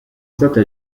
state